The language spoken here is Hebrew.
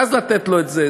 ואז לתת לו את זה,